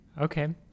Okay